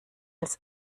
als